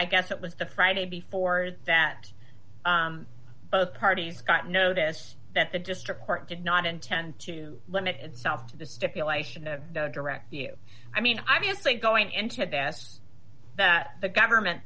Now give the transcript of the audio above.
i guess it was the friday before that both parties got notice that the district court did not intend to limit itself to the stipulation of direct you i mean obviously going in to bat that the government